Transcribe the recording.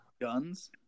guns